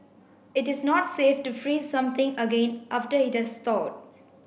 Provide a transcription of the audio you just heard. it is not safe to freeze something again after it has thawed